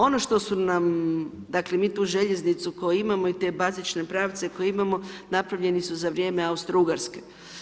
Ono što su nam, dakle mi tu željeznicu koju imamo i te bazične pravce koje imamo, napravljeni su za vrijeme Austrougarske.